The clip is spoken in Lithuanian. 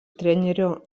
trenerio